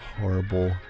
horrible